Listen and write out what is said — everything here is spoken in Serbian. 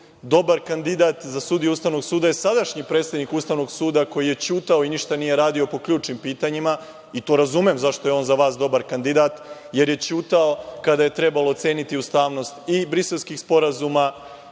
kandidat za sudiju Ustavnog suda je sadašnji predsednik Ustavnog suda, koji je ćutao i ništa nije radio po ključnim pitanjima i to razumem zašto je on za vas dobar kandidat, jer je ćutao kada je trebalo oceniti ustavnost i briselskih sporazuma,